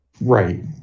Right